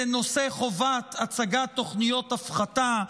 לנושא חובת הצגת תוכניות הפחתה,